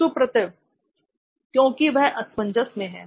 सुप्रतिव क्योंकि वह असमंजस में है